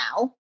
now